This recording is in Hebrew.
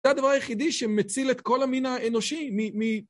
זה הדבר היחידי שמציל את כל המין האנושי מ...